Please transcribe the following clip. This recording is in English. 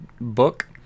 book